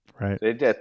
Right